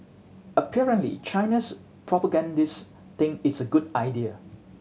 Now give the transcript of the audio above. apparently China's propagandists think it's a good idea